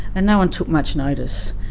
and no one took much notice.